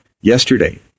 Yesterday